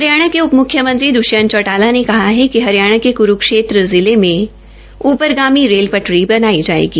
हरियाणा के उप मुख्यमंत्री दृष्यंत चौटाला ने कहा है कि हरियाणा के कुरूक्षेत्र जिले में ऊपरगामी रेल पाटी बनाई जायेगी